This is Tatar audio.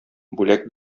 бүләк